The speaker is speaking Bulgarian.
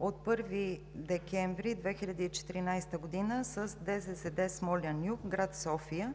от 1 декември 2014 г. с ДЗЗД „Смолян-юг“, град София,